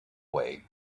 way